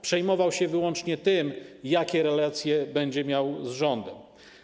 Przejmował się wyłącznie tym, jakie relacje będzie miał z rządem.